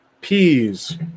Peas